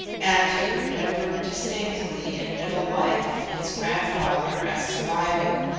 and he remembered distinctly in middle life his grandfather as surviving,